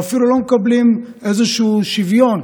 ואפילו לא מקבלים איזשהו שוויון,